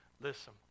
Listen